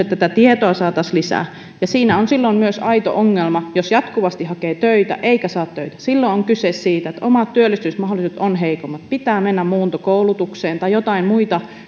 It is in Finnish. tätä tietoa saataisiin lisää siinä on silloin myös aito ongelma jos jatkuvasti hakee töitä eikä saa töitä silloin on kyse siitä että omat työllistymismahdollisuudet ovat heikommat pitää mennä muuntokoulutukseen tai tehdä jotain muuta